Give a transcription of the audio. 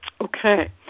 Okay